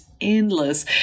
endless